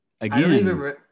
again